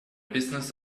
business